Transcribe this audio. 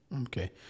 Okay